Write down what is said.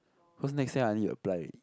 cause next year I need to apply already